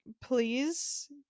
Please